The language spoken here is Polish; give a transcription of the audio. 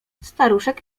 staruszek